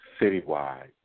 citywide